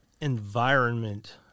environment